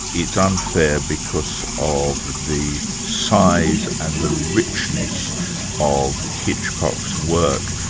it's unfair because of the size and the richness of hitchcock's work,